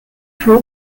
pro